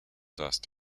dust